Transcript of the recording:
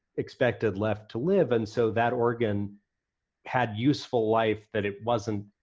expected left to live, and so that organ had useful life that it wasn't,